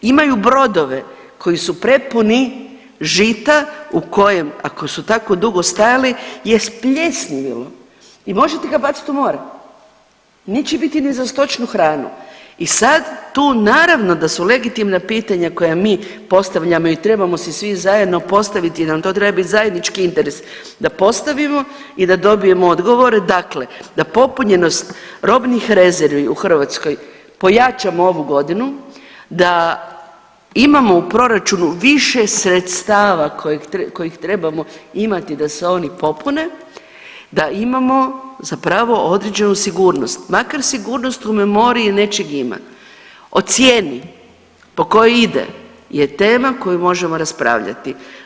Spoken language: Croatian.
Imaju brodove koji su prepuni žita u kojem ako su tako dugo stajali je spljesnilo i možete ga bacit u more, neće biti ni za stočnu hranu i sad tu naravno da su legitimna pitanja koja mi postavljamo i trebamo si svi zajedno postaviti jer nam to treba bit zajednički interes, da postavimo i da dobijemo odgovore, dakle da popunjenost robnih rezervi u Hrvatskoj pojačamo ovu godinu, da imamo u proračunu više sredstava kojih trebamo imati da se oni popune, da imamo zapravo određenu sigurnost, makar sigurnost u memoriji nečeg ima, o cijeni po kojoj ide je tema koju možemo raspravljati.